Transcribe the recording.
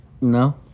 No